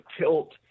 tilt